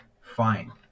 fine